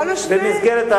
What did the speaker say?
מה זה "אפילו במסגרת"?